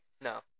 No